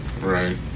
Right